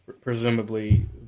Presumably